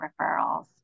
referrals